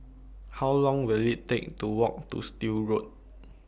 How Long Will IT Take to Walk to Still Road